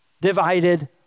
divided